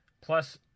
Plus